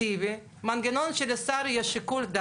לי שאלה, יותר נכון.